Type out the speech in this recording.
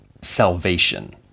salvation